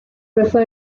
prefer